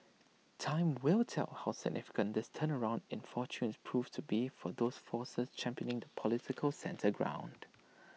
time will tell how significant this turnaround in fortunes proves to be for those forces championing the political centre ground